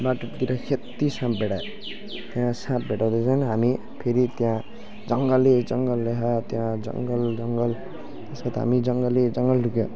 बाटोतिर स्याटिस हामीले साँप भेटायौँ त्यहाँ साँप भेटाउँदा झन् हामी फेरि त्यहाँ जङ्गलै जङ्गल त्यहाँ त्यहाँ जङ्गल जङ्गल त्यसमा त हामी जङ्गलै जङ्गलै लुक्यौँ